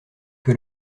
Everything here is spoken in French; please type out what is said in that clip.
que